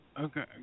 okay